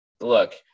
look